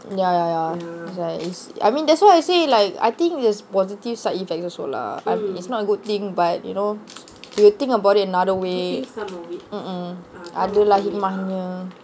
ya ya ya is like ya I mean that's why I say like I think there's positive side effects also lah I mean it's not a good thing but you know if you think about it another way mm mm ada lah hikmahnya